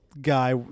guy